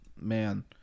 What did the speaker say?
man